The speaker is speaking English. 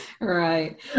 right